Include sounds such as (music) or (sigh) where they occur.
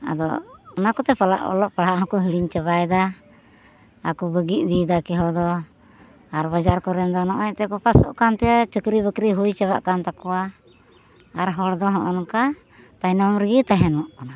ᱟᱫᱚ ᱚᱱᱟᱠᱚᱛᱮ (unintelligible) ᱚᱞᱚᱜ ᱯᱟᱲᱦᱟᱜ ᱦᱚᱸ ᱠᱚ ᱦᱟᱹᱲᱤᱧ ᱪᱟᱵᱟᱭᱮᱫᱟ ᱟᱠᱚ ᱵᱟᱹᱜᱤ ᱤᱫᱤᱭᱮᱫᱟ ᱠᱮᱦᱚᱫᱚ ᱟᱨ ᱵᱟᱡᱟᱨ ᱠᱚᱨᱮᱱᱫᱚ ᱱᱚᱜᱼᱚᱸᱭ ᱮᱱᱛᱮᱠᱚ ᱯᱟᱥᱚᱜ ᱠᱟᱱᱛᱮ ᱪᱟᱹᱠᱨᱤ ᱵᱟᱹᱠᱨᱤ ᱦᱩᱭ ᱪᱟᱵᱟᱜ ᱠᱟᱱ ᱛᱟᱠᱚᱣᱟ ᱟᱨ ᱦᱚᱲᱫᱚ ᱦᱚᱜᱼᱚᱱᱠᱟ ᱛᱟᱭᱱᱚᱢᱨᱮ ᱜᱮ ᱛᱮᱦᱮᱱᱚᱜ ᱠᱟᱱᱟᱠᱚ